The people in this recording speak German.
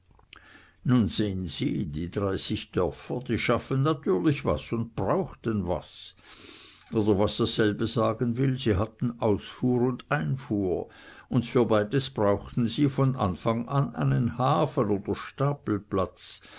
nun sehen sie die dreißig dörfer die schafften natürlich was und brauchten was oder was dasselbe sagen will sie hatten ausfuhr und einfuhr und für beides brauchten sie von anfang an einen hafen oder